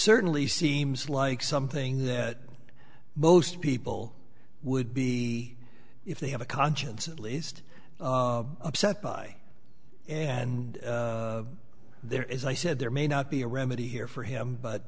certainly seems like something that most people would be if they have a conscience at least upset by and there is i said there may not be a remedy here for him but